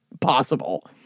possible